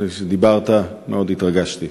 כשדיברת מאוד התרגשתי.